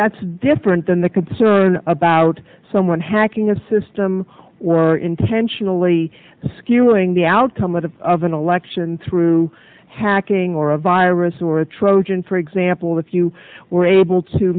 that's different than the concern about someone hacking a system or intentionally skewing the outcome of the of an election through hacking or a virus or trojan for example if you were able to